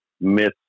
miss